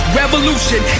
revolution